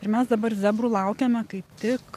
ir mes dabar zebrų laukiame kaip tik